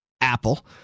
Apple